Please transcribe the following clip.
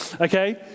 Okay